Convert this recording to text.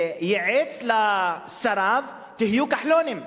וייעץ לשריו "תהיו כחלונים",